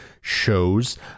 shows